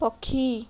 ପକ୍ଷୀ